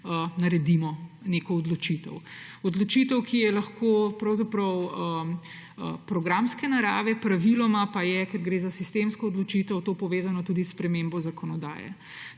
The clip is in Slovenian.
naredimo neko odločitev. Odločitev, ki je lahko pravzaprav programske narave, praviloma pa je, ker gre za sistemsko odločitev, to povezano tudi s spremembo zakonodaje.